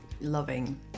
loving